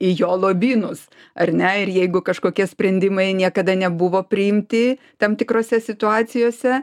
į jo lobynus ar ne ir jeigu kažkokie sprendimai niekada nebuvo priimti tam tikrose situacijose